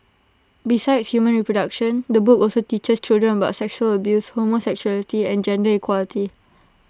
besides human reproduction the book also teaches children about sexual abuse homosexuality and gender equality